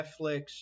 Netflix